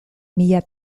mila